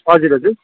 हजुर हजुर